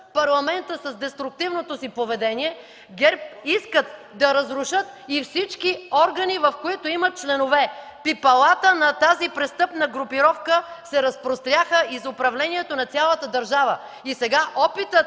Парламента с деструктивното си поведение, ГЕРБ искат да разрушат и всички органи, в които имат членове. Пипалата на тази престъпна групировка се разпростряха из управлението на цялата държава. Сега опитът